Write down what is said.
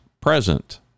present